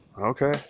Okay